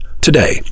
Today